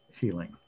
healing